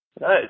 Nice